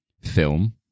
film